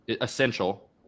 essential